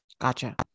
Gotcha